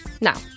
Now